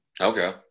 okay